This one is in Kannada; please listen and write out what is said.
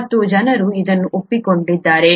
ಮತ್ತು ಜನರು ಇದನ್ನು ಒಪ್ಪಿಕೊಂಡಿದ್ದಾರೆ